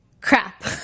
Crap